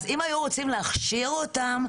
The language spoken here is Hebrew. לו רצו להכשיר אותם,